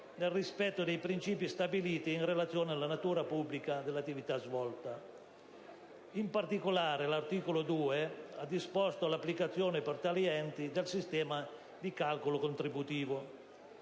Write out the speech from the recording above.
nel rispetto dei principi stabiliti e in relazione alla natura pubblica dell'attività svolta. In particolare, l'articolo 2 ha disposto l'applicazione per tali enti del sistema del calcolo contributivo.